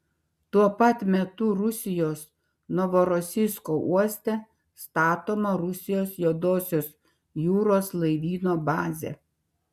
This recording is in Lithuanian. tuo pat metu rusijos novorosijsko uoste statoma rusijos juodosios jūros laivyno bazė